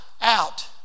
out